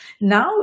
now